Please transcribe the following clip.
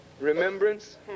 remembrance